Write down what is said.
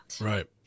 Right